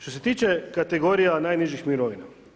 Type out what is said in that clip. Što se tiče kategorija najnižih mirovina.